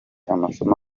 amasomo